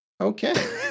Okay